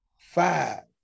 five